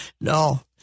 No